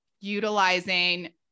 utilizing